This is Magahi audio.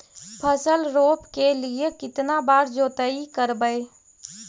फसल रोप के लिय कितना बार जोतई करबय?